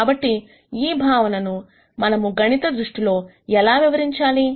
కాబట్టి ఈ భావనను మనము గణిత దృష్టికోణంలో ఎలా వివరించాలి